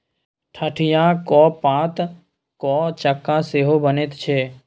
ठढियाक पातक चक्का सेहो बनैत छै